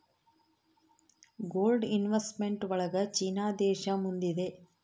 gold investment ಒಳಗ China ದೇಶ ಮುಂದಿದೆ